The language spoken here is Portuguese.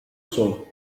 sou